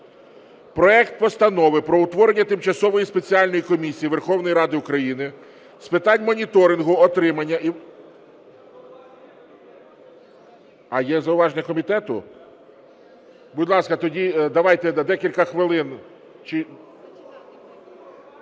проект Постанови про утворення Тимчасової спеціальної комісії Верховної Ради України з питань моніторингу отримання і… (Шум у залі) А! Є зауваження комітету? Будь ласка, тоді давайте декілька хвилин.